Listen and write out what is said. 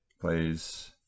plays